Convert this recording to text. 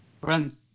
friends